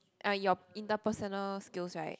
uh your interpersonal skills right